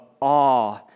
awe